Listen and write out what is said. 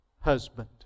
husband